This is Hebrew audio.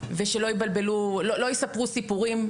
ושלא יספרו סיפורים.